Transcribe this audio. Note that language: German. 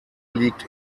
liegt